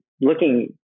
looking